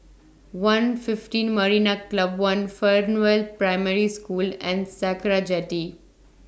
one fifteen Marina Club one Fernvale Primary School and Sakra Jetty